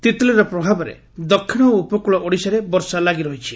ତିତ୍ଲିର ପ୍ରଭାବରେ ଦକ୍ଷିଶ ଓ ଉପକ୍ଳ ଓଡିଶାରେ ବର୍ଷା ଲାଗି ରହିଛି